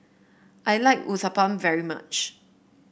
I like Uthapam very much